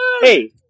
Hey